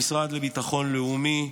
המשרד לביטחון לאומי,